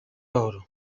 gahoro